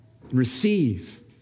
receive